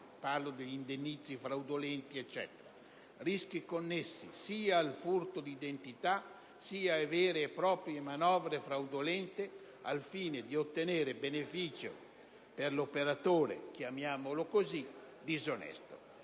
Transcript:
(parlo degli indennizzi fraudolenti, eccetera), rischi connessi sia al furto di identità, sia a vere e proprie manovre fraudolente al fine di ottenere benefici per l'operatore (chiamiamolo così) disonesto.